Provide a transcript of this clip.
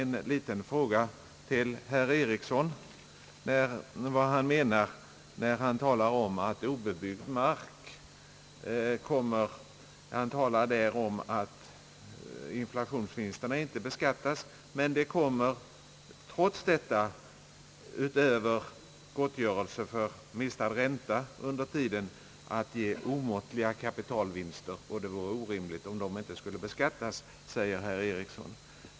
Herr Eriksson talade om att inflationsvinsterna inte beskattas, men att fastighetsförsäljningar trots detta, utöver gottgörelse för mistad ränta, kommer att ge omåttliga kapitalvinster. Det vore orimligt om de inte skulle beskattas, sade herr Eriksson.